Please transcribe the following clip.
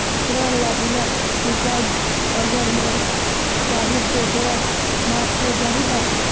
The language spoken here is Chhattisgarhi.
ऋण ला बिना चुकाय अगर मै जाहूं तो ऋण माफ हो जाही न?